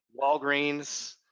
Walgreens